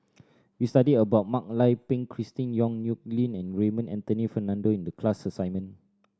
we studied about Mak Lai Peng Christine Yong Nyuk Lin and Raymond Anthony Fernando in the class assignment